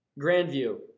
Grandview